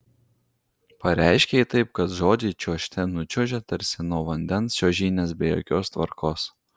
pareiškia ji taip kad žodžiai čiuožte nučiuožia tarsi nuo vandens čiuožynės be jokios tvarkos